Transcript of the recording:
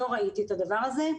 לא ראיתי את הדבר הזה.